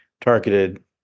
targeted